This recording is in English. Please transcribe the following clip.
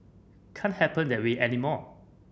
can't happen that way anymore